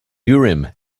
urim